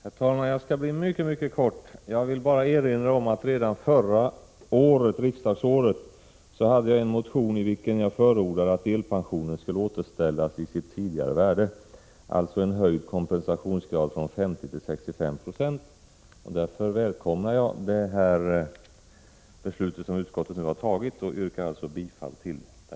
Herr talman! Jag skall fatta mig mycket kort. Jag vill bara erinra om att jag redan förra riksmötet avlämnade en motion där jag föreslog att delpensionen skulle återställas till sitt tidigare värde, alltså en höjd kompensationsgrad från 50 9 till 65 96. Därför välkomnar jag det beslut som utskottet har fattat. Jag yrkar bifall till utskottets hemställan.